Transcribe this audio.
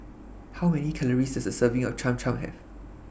How Many Calories Does A Serving of Cham Cham Have